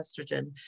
estrogen